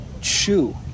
chew